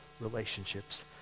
relationships